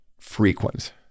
frequent